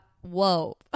Whoa